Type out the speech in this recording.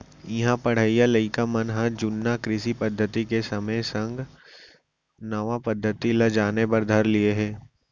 इहां पढ़इया लइका मन ह जुन्ना कृषि पद्धति के संगे संग नवा पद्धति ल जाने बर धर लिये हें